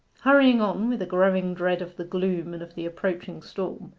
hurrying on, with a growing dread of the gloom and of the approaching storm,